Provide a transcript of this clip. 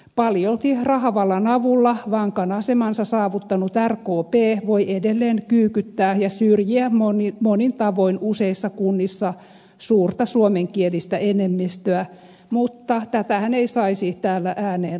paljolti rahavallan avulla vankan asemansa saavuttanut rkp voi edelleen kyykyttää ja syrjiä monin tavoin useissa kunnissa suurta suomenkielistä enemmistöä mutta tätähän ei saisi täällä ääneen lausua